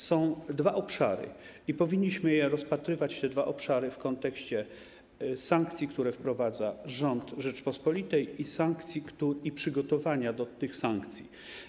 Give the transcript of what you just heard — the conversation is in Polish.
Są dwa obszary i powinniśmy je rozpatrywać, te dwa obszary, w kontekście sankcji, które wprowadza rząd Rzeczypospolitej i przygotowania do tych sankcji.